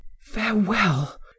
Farewell